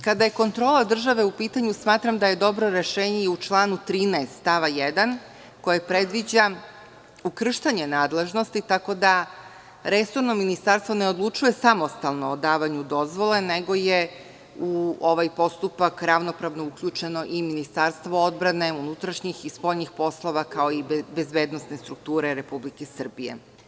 Kada je kontrola države u pitanju, smatram da je dobro rešenje i u članu 13. stava 1. koja predviđa ukrštanje nadležnosti tako da resorno ministarstvo ne odlučuje samostalno o davanju dozvole, nego je u ovaj postupak ravnopravno uključeno i Ministarstvo odbrane, unutrašnjih i spoljnih poslova, kao i bezbednosne strukture Republike Srbije.